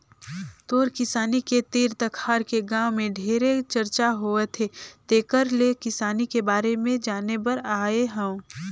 तोर किसानी के तीर तखार के गांव में ढेरे चरचा होवथे तेकर ले किसानी के बारे में जाने बर आये हंव